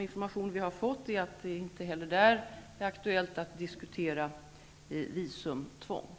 informationer som vi har fått är det inte heller i Ungern aktuellt att diskutera ett visumtvång.